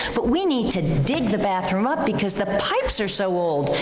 but we need to dig the bathroom up because the pipes are so old,